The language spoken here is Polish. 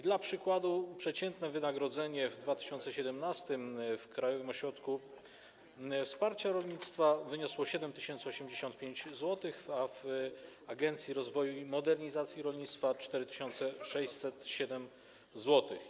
Dla przykładu przeciętne wynagrodzenie w 2017 r. w Krajowym Ośrodku Wsparcia Rolnictwa wyniosło 7085 zł, a w Agencji Rozwoju i Modernizacji Rolnictwa - 4607 zł.